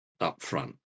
upfront